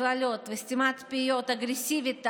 קללות וסתימת פיות אגרסיבית,